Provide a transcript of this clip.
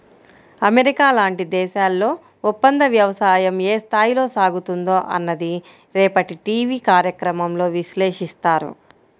America లాంటి దేశాల్లో ఒప్పందవ్యవసాయం ఏ స్థాయిలో సాగుతుందో అన్నది రేపటి టీవీ కార్యక్రమంలో విశ్లేషిస్తారు